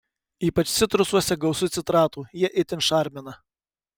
ypač citrusuose gausu citratų jie itin šarmina